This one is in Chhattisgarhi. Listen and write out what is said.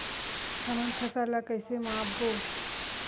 हमन फसल ला कइसे माप बो?